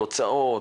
התוצאות,